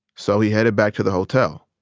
so he headed back to the hotel.